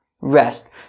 rest